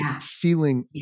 feeling